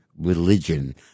religion